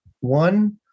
One